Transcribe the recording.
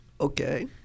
Okay